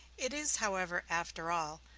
it is, however, after all,